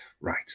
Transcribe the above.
Right